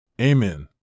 Amen